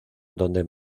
donde